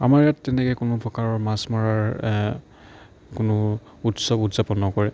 আমাৰ ইয়াত তেনেকৈ কোনো প্ৰকাৰৰ মাছ মৰাৰ কোনো উৎসৱ উদযাপন নকৰে